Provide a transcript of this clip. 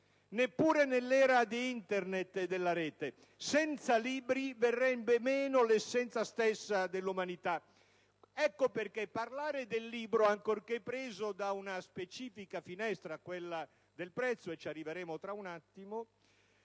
neppure nell'era di Internet e della Rete. Senza libri verrebbe meno l'essenza stessa dell'umanità. Ecco perché parlare del libro, ancorché assunto da una specifica finestra, quella del prezzo - ci arriveremo tra poco